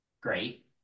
Great